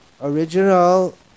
original